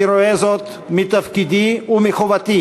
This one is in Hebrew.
אני רואה זאת מתפקידי ומחובתי